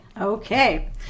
Okay